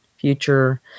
future